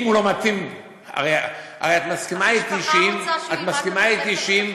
את מסכימה אתי שאם,